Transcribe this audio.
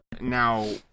Now